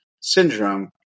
syndrome